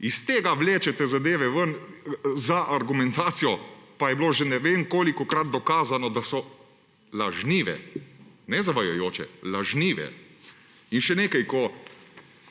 Iz tega vlečete zadeve ven za argumentacijo, pa je bilo že ne vem kolikokrat dokazano, da so lažnive; ne zavajajoče, lažnive! In še nekaj, ko